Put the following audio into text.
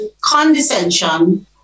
condescension